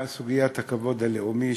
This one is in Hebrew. סוגיית הכבוד הלאומי,